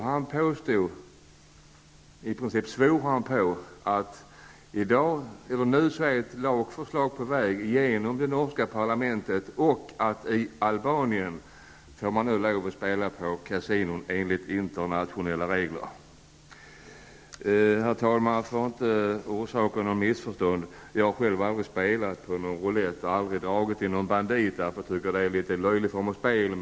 Han påstod, ja, i princip svor han på, att ett lagförslag för närvarande så att säga är på väg genom det norska parlamentet och att det numera är tillåtet i Albanien att spela på kasinon enligt internationella regler. Herr talman! För att undvika missförstånd vill jag säga att jag själv aldrig har spelat på roulett. Jag har heller aldrig stått och dragit i spakarna på någon ''bandit''. Jag tycker att det är en löjlig spelform.